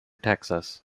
texas